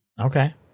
Okay